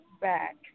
back